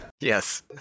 Yes